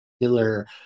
regular